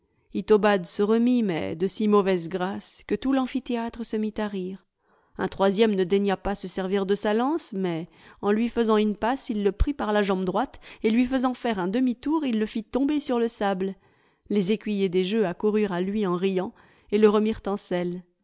itobad se remit mais de si mauvaise grâce que tout l'amphithéâtre se mit à rire un troisième ne daigna pas se servir de sa lance mais en lui fesant une passe il le prit par la jambe droite et lui fesant faire un demitour il le fit tomber sur le sable les écuyers des jeux accoururent à lui en riant et le remirent en selle